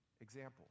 example